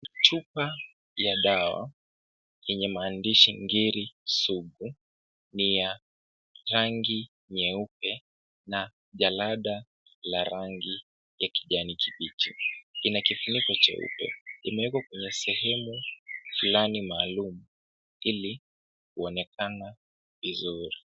Chupa ya dawa yenye maandishi ngiri sugu ni ya rangi nyeupe na jalada la rangi ya kijani kibichi. Ina kifuniko cheupe imeekwa kwenye sehemu flani maalum ili kuonekana vizuri.